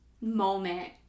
moment